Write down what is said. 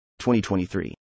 2023